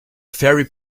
fairy